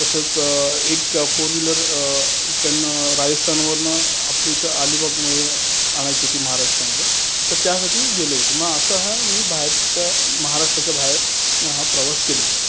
तसंच एक four wheeler इकडून राजस्थानवरून आपल्या इथं अलीबागमध्ये आणायची होती महाराष्ट्रामध्ये तर त्यासाठी गेलो होतो मग असा हा मी बाहेरच्या महाराष्ट्राच्या बाहेर हा प्रवास केलेला आहे